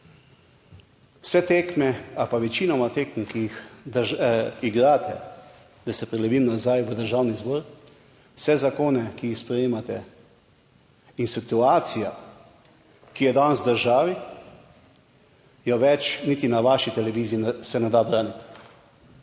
Vse tekme ali pa večinoma tekem, ki jih igrate, da se prelevim nazaj v Državni zbor, vse zakone, ki jih sprejemate in situacija, ki je danes v državi, je več niti na vaši televiziji se ne da braniti.